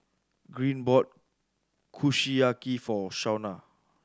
Green bought Kushiyaki for Shauna